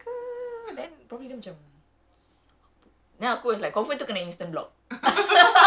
ya I was I was like planning kalau macam ini hari kan kalau aku jumpa dia I will be like grab 哥哥